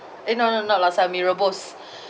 eh no no not laksa mee rebus